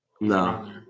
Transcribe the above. No